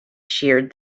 sheared